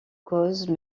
cause